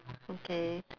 okay